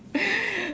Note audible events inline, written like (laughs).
(laughs)